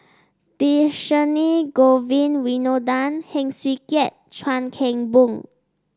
Dhershini Govin Winodan Heng Swee Keat Chuan Keng Boon